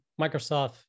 Microsoft